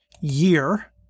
year